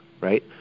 right